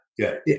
Good